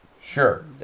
Sure